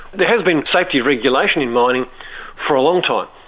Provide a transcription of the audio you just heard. there has been safety regulation in mining for a long time,